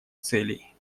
целей